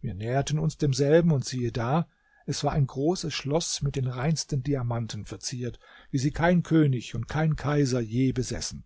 wir näherten uns demselben und siehe da es war ein großes schloß mit den reinsten diamanten verziert wie sie kein könig und kein kaiser je besessen